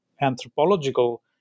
anthropological